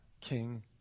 King